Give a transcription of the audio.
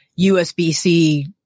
USB-C